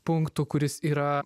punktu kuris yra